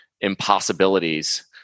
impossibilities